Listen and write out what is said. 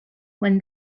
when